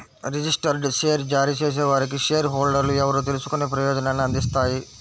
registered share జారీ చేసేవారికి share హోల్డర్లు ఎవరో తెలుసుకునే ప్రయోజనాన్ని అందిస్తాయి